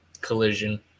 Collision